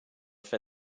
for